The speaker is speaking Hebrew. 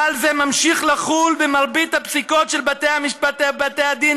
כלל זה ממשיך לחול במרבית הפסיקות של בתי המשפט ובתי הדין,